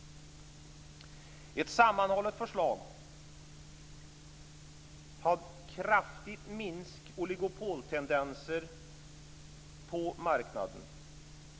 Ett sammanhållet förslag hade kraftigt minskat oligopoltendenser på marknaden.